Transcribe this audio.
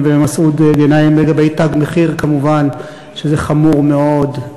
ומסעוד גנאים לגבי "תג מחיר" כמובן שזה חמור מאוד,